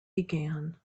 began